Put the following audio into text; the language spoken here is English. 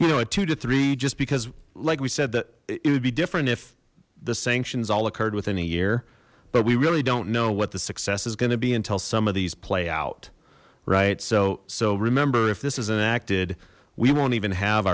you know a two to three just because like we said that it would be different if the sanctions all occurred within a year but we really don't know what the success is gonna be until some of these play out right so so remember if this is enacted we won't even have